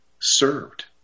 served